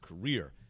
career